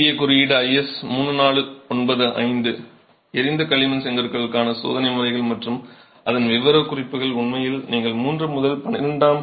இந்தியக் குறியீடு IS 3495 எரிந்த களிமண் செங்கற்களுக்கான சோதனை முறைகள் மற்றும் அதன் விவரக்குறிப்புகள் உண்மையில் நீங்கள் 3 முதல் 12